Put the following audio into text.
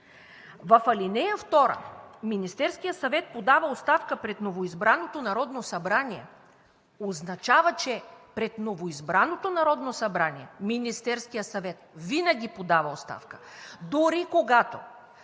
В ал. 2: „Министерският съвет подава оставка пред новоизбраното Народно събрание“ означава, че пред новоизбраното Народно събрание Министерският съвет винаги подава оставка, дори когато